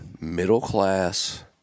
middle-class